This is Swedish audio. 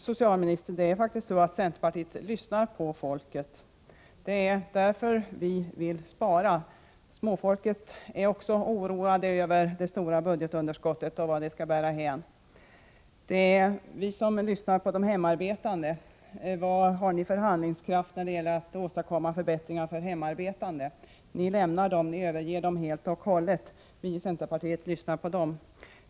Fru talman! Jo, herr socialminister, centerpartiet lyssnar på folket. Vi vill spara, därför att småfolket också är oroat över det stora budgetunderskottet och vart det skall bära hän. Det är vi som lyssnar på de hemarbetande. Har ni socialdemokrater någon handlingskraft när det gäller att åstadkomma förbättringar för de hemarbetande? Ni överger dem helt och hållet, men vi i centerpartiet lyssnar på dem.